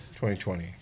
2020